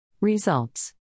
Results